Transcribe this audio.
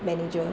manager